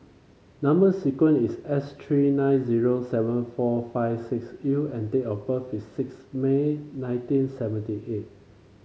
number sequence is S three nine zero seven four five six U and date of birth is six May nineteen seventy eight